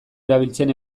erabiltzen